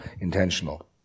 intentional